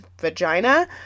vagina